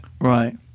Right